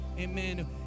Amen